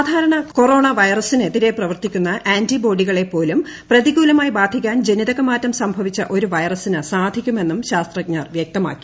സാധാരണ കൊറോണ വൈറസിനെതിരെ പ്രവർത്തിക്കുന്ന ആന്റിബോഡികളെ പോലും പ്രതികൂലമായി ബാധിക്കാൻ ജനിതകമാറ്റം സംഭവിച്ച ഒരു വൈറസിന് സാധിക്കുമെന്നും ശാസ്ത്രജ്ഞർ വ്യക്തമാക്കി